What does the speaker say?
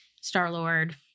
Star-Lord